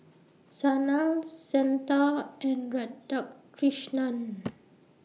Sanal Santha and Radhakrishnan